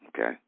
Okay